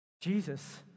Jesus